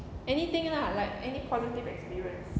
anything lah like any positive experience